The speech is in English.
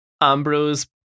Ambrose